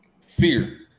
fear